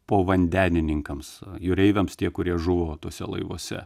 povandenininkams jūreiviams tie kurie žuvo tuose laivuose